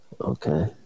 Okay